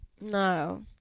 No